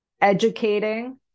educating